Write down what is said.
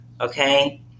Okay